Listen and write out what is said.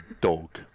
dog